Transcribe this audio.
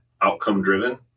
outcome-driven